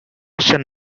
san